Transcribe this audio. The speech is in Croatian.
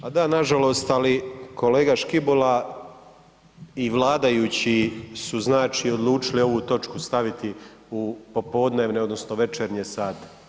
Pa da nažalost ali kolega Škibola i vladajući su znači odlučili ovu točku staviti u popodnevne, odnosno večernje sate.